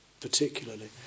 particularly